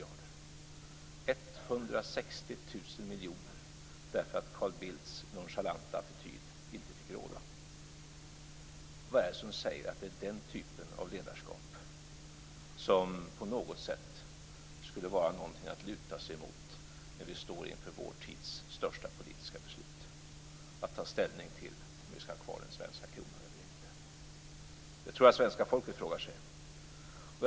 Det är 160 000 miljoner därför att Carl Bildts nonchalanta attityd inte fick råda. Vad är det som säger att det är den typen av ledarskap som på något sätt skulle vara någonting att luta sig emot när vi står inför vår tids största politiska beslut, att ta ställning till om vi skall ha kvar den svenska kronan eller inte? Det tror jag att svenska folket frågar sig.